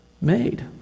made